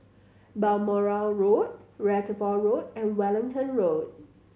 Balmoral Road Reservoir Road and Wellington Road